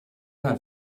haar